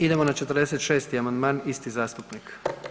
Idemo na 46. amandman istog zastupnika.